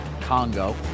Congo